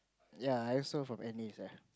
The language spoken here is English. yea I also from N_A sia